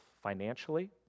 Financially